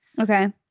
Okay